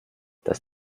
das